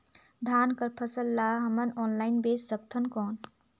धान कर फसल ल हमन ऑनलाइन बेच सकथन कौन?